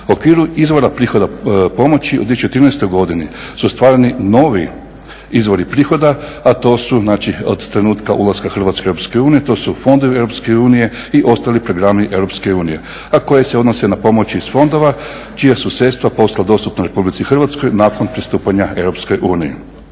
U okviru izvora prihoda pomoći u 2014. godini su ostvareni novi izvori prihoda a to su znači od trenutka ulaska Hrvatske u Europsku uniju, to su fondovi Europske unije i ostali programi Europske unije a koje se odnose na pomoći iz fondova čija su sredstva postala dostupna Republici Hrvatskoj nakon pristupanja Europskoj uniji.